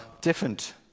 different